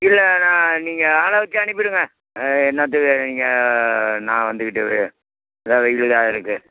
இல்லை நான் நீங்கள் ஆளை வச்சு அனுப்பிடுங்க என்னத்துக்கு நீங்கள் நான் வந்துக்கிட்டு இதான் வெயிலாக இருக்குது